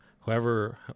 whoever